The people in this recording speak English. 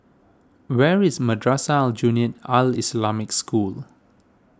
where is Madrasah Aljunied Al Islamic School